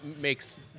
makes